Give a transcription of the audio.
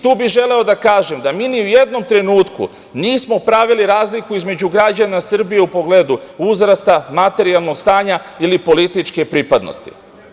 Tu bi želeo da kažem, da mi ni u jednom trenutku nismo pravili razliku između građana Srbije u pogledu uzrasta, materijalnog stanja ili političke pripadnosti.